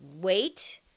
Wait